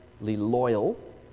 loyal